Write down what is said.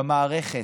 במערכת.